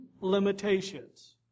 limitations